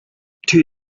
two